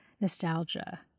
nostalgia